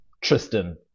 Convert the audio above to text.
Tristan